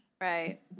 Right